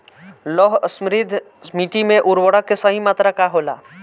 लौह समृद्ध मिट्टी में उर्वरक के सही मात्रा का होला?